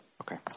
Okay